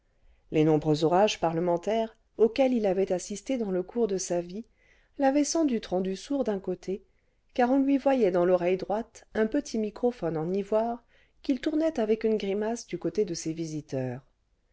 les nombreux orages parlementaires auxquels il avait assisté dans le cours de sa vie l'avaient sans doute rendu sourd d'un côté car on lui voyait dans l'oreille droite un petit microphone en ivoire qu'il tournait avec une grimace du côté de ses visiteurs